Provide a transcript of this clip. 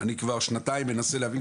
אני כבר שנתיים מנסה להבין,